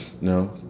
No